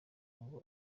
ngo